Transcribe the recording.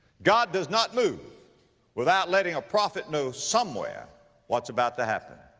god does not move without letting a prophet know somewhere what's about to happen.